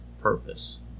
purpose